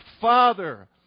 Father